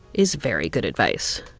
is very good advice